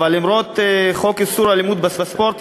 ולמרות חוק איסור אלימות בספורט,